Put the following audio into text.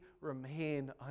remain